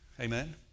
Amen